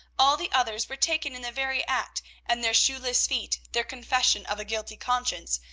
all the others were taken in the very act and their shoeless feet, their confession of a guilty conscience,